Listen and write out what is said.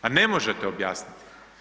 A ne možete objasniti.